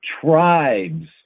tribes